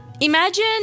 imagine